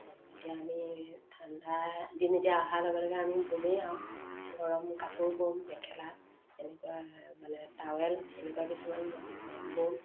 এতিয়া আমি ঠাণ্ডা দিন এতিয়া অহাৰ লগে লগে আমি ব'মেই আৰু গৰম কাপোৰ ব'ম মেখেলা এনেকুৱা মানে টাৱেল এনেকুৱা কিছুমান ব'ম